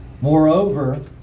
Moreover